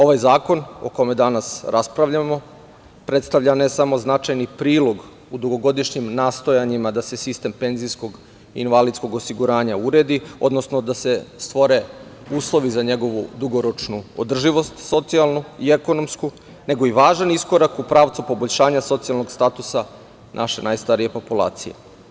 Ovaj zakon o kome danas raspravljamo, predstavlja ne samo značajni prilog u dugogodišnjem nastojanjima da se sistem penzijskog i invalidskog osiguranja uredi, odnosno, da se stvore uslovi za njegovu dugoročnu socijalnu održivost i ekonomsku, nego i važan iskorak u pravcu poboljšanja socijalnog statusa naše najstarije populacije.